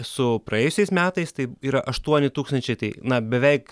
su praėjusiais metais tai yra aštuoni tūkstančiai tai na beveik